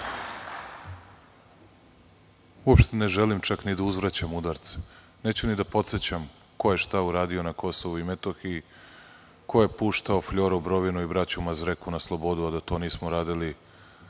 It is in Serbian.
ne želim čak ni da uzvraćam udarce. Neću ni da podsećam ko je i šta uradio na KiM, ko je puštao Fljoru Brovinu i braću Mazreku na slobodu, a da to nije radio